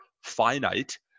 finite